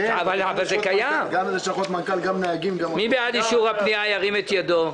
מי בעד אישור הפנייה, ירים את ידו.